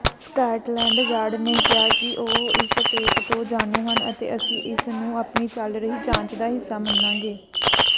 Scotland ਗਾਰਡ ਨੇ ਕਿਹਾ ਕਿ ਉਹ ਇਸ ਟੇਪ ਤੋਂ ਜਾਣੂ ਹਨ ਅਤੇ ਅਸੀਂ ਇਸ ਨੂੰ ਆਪਣੀ ਚੱਲ ਰਹੀ ਜਾਂਚ ਦਾ ਹਿੱਸਾ ਮੰਨਾਂਗੇ